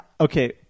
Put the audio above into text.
Okay